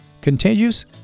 continues